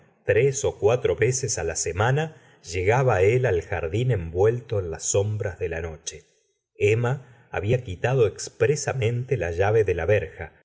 tres cuatro veces it la semana llegaba él al jardín envuelto en las sombras de la noche emma habla quitado expresamente la llave de la verja